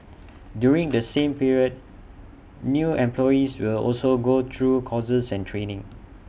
during the same period new employees will also go through courses and training